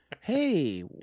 Hey